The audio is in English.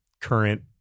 current